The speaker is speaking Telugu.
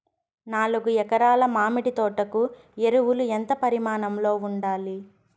నాలుగు ఎకరా ల మామిడి తోట కు ఎరువులు ఎంత పరిమాణం లో ఉండాలి?